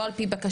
לא על פי בקשה,